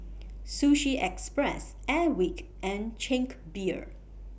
Sushi Express Airwick and Chang Beer